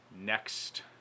next